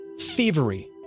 thievery